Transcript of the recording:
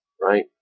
Right